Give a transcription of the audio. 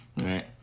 right